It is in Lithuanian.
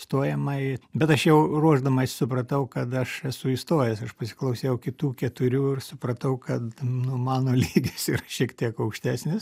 stojamąjį bet aš jau ruošdamasis supratau kad aš esu įstojęs aš pasiklausiau kitų keturių ir supratau kad nu mano lygis yra šiek tiek aukštesnis